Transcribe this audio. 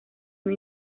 una